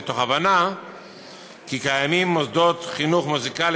מתוך הבנה כי קיימים מוסדות לחינוך מוזיקלי